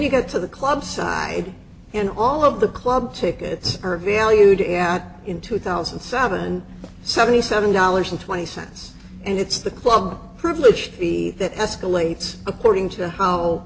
you get to the club side and all of the club tickets are valued at in two thousand and seven seventy seven dollars and twenty cents and it's the club privilege that escalates according to how